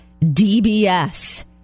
dbs